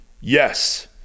Yes